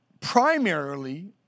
primarily